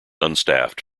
unstaffed